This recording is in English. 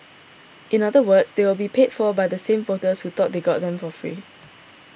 in other words they will be paid for by the same voters who thought they got them for free